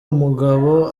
umugabo